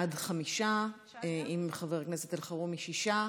בעד, חמישה, עם חבר הכנסת אלחרומי, שישה,